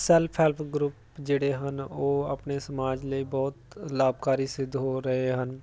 self help group ਜਿਹੜੇ ਹਨ ਉਹ ਆਪਣੇ ਸਮਾਜ ਲਈ ਬਹੁਤ ਲਾਭਕਾਰੀ ਸਿੱਧ ਹੋ ਰਹੇ ਹਨ